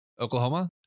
Oklahoma